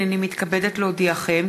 הנני מתכבדת להודיעכם,